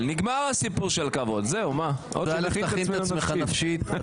רק תן הודעה מוקדמת אם אתה ממשיך באותו קו כפי שהיה בדיון הקודם.